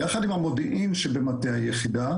יחד עם המודיעין שבמטה היחידה,